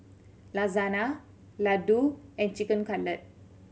Lasagne Ladoo and Chicken Cutlet